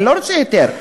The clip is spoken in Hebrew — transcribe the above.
אני לא רוצה היתר.